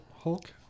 Hulk